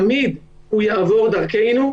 תמיד הוא יעבור דרכנו,